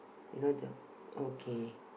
you know the okay